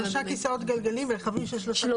שלושה כיסאות גלגלים מיוחדים.